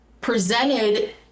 presented